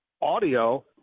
audio